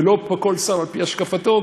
ולא כל שר על-פי השקפתו,